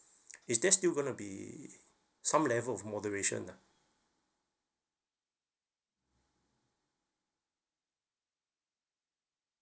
is there still going to be some level of moderation ah